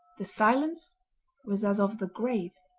the silence was as of the grave.